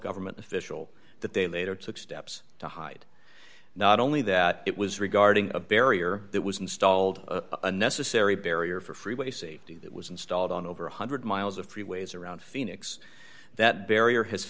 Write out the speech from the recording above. government official that they later took steps to hide not only that it was regarding a barrier that was installed a necessary barrier for freeway safety that was installed on over one hundred miles of freeways around phoenix that barrier has